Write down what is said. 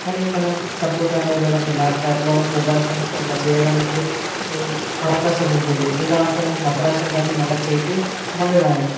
కానీ మనం కంప్యూటర్లో లేదంటే ల్యాప్టాప్లో మొబైల్ ఫోన్స్లో అలా చేయడానికి అవకాశం ఉంటుంది ఎలా అంటే మనం తప్పు రాసినా దాన్ని మల్లా చెరిపి మల్లీ రాయచ్చు